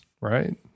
right